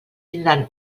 tindran